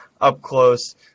up-close